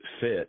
fit